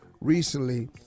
Recently